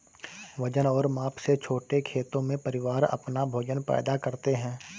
वजन और माप से छोटे खेतों में, परिवार अपना भोजन पैदा करते है